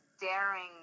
daring